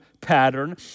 pattern